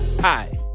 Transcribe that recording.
Hi